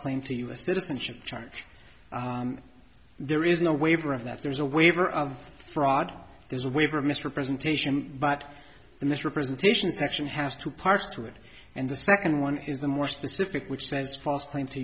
claim to u s citizenship charge there is no waiver of that there's a waiver of fraud there's a waiver misrepresentation but the misrepresentation section has two parts to it and the second one is the more specific which says false claim to